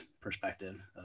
perspective